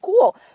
cool